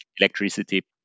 electricity